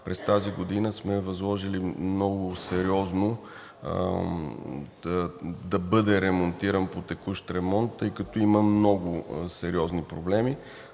през тази година сме възложили много сериозно да бъде ремонтиран по текущ ремонт, тъй като има много сериозни проблеми.